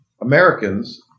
Americans